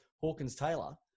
Hawkins-Taylor